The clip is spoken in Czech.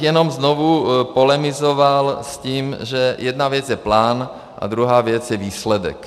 Jenom bych znovu polemizoval s tím, že jedna věc je plán a druhá věc je výsledek.